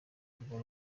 urwo